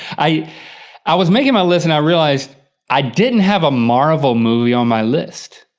i i was making my list and i realized i didn't have a marvel movie on my list.